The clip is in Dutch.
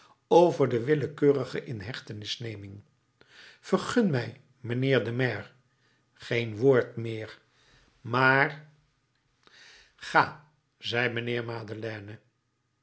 over de willekeurige inhechtenisneming vergun mij mijnheer de maire geen woord meer maar ga zei mijnheer